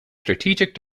strategic